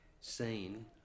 seen